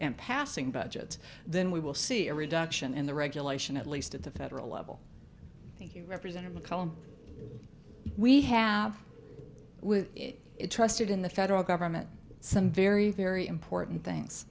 and passing budgets then we will see a reduction in the regulation at least at the federal level thank you represented mccullum we have it trusted in the federal government some very very important things